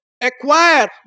acquire